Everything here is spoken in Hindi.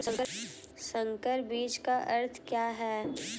संकर बीज का अर्थ क्या है?